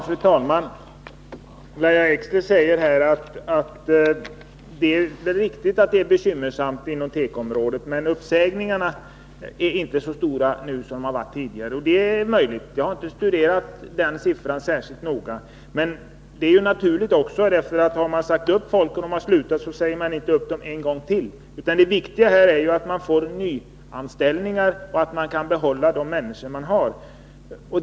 Fru talman! Lahja Exner säger att det är riktigt att det är bekymmersamt inom tekoområdet, men att uppsägningarna inte är så omfattande nu som tidigare. Det är möjligt. Jag har inte studerat den siffran särskilt noga. Men det är samtidigt naturligt. Har man sagt upp folk och de har slutat, säger man inte upp dem en gång till. Det viktiga är att man får nyanställningar och kan behålla de människor man har.